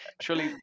Surely